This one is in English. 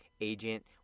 agent